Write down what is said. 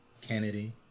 Kennedy